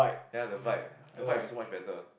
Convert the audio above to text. ya the flight the flight is so much better